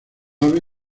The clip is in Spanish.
ave